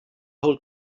whole